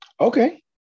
Okay